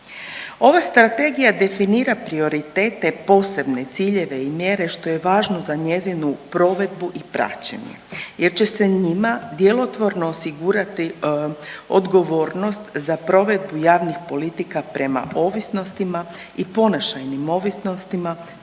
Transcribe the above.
Ova strategija definira prioritete, posebne ciljeve i mjere što je važno za njezinu provedbu i praćenje jer će se njima djelotvorno osigurati odgovornost za provedbu javnih politika prema ovisnostima i ponašajnim ovisnostima